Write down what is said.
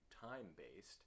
time-based